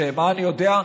שמה אני יודע,